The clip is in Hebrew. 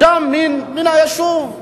אדם מן היישוב.